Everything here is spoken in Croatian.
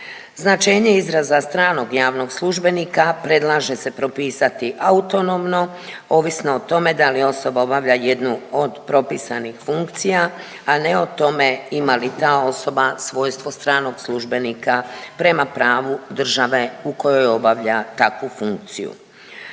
Značenje izraza stranog javnog službenika predlaže se propisati autonomno, ovisno o tome da li osoba obavlja jednu od propisanih funkcija, a ne o tome ima li ta osoba svojstvo stranog službenika prema pravu države u kojoj obavlja takvu funkciju.